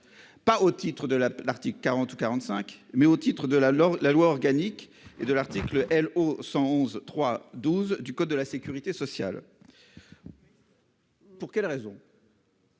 Pas au titre de la l'article 40 ou 45 mais au titre de la loi, la loi organique et de l'article L O 111 3 12 du code de la sécurité sociale. Pour quelle raison.